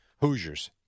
Hoosiers